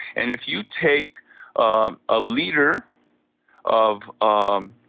and if you take ah a liter of um